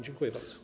Dziękuję bardzo.